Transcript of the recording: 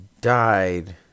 died